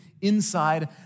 inside